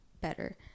better